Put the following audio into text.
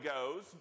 goes